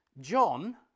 John